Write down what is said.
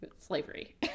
slavery